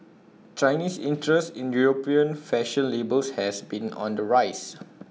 Chinese interest in european fashion labels has been on the rise